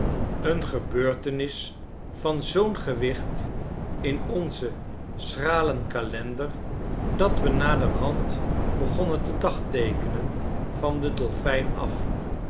een gebeurtenis van zoo'n gewicht in onzen schralen kalender dat we naderhand begonnen te dagteekenen van den dolfijn af